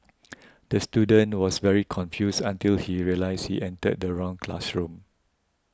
the student was very confused until he realised he entered the wrong classroom